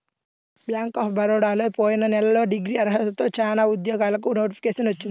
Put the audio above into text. bank of బరోడాలో పోయిన నెలలో డిగ్రీ అర్హతతో చానా ఉద్యోగాలకు నోటిఫికేషన్ వచ్చింది